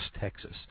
Texas